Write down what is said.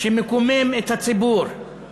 שמקומם את הציבור יותר